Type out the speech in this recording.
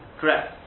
Correct